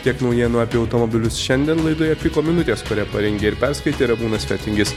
tiek naujienų apie automobilius šiandien laidoje piko minutės kurią parengė ir perskaitė ramūnas fetingis